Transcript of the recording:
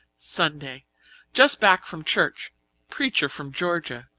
sunday just back from church preacher from georgia.